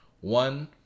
one